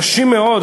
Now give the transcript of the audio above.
קשים מאוד,